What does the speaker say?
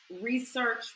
research